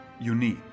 unique